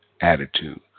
attitude